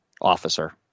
officer